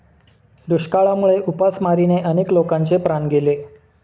दुष्काळामुळे उपासमारीने अनेक लोकांचे प्राण गेले